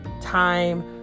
time